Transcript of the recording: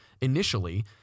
initially